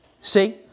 See